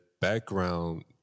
background